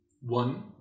One